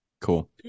Cool